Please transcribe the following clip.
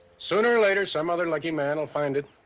sooner or later some other lucky man will find it.